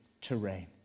terrain